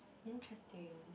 interesting